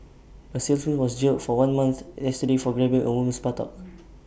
A salesman was jailed for one month yesterday for grabbing A woman's buttock